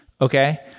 okay